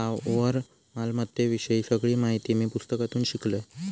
स्थावर मालमत्ते विषयी सगळी माहिती मी पुस्तकातून शिकलंय